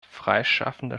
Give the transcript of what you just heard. freischaffender